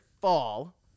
fall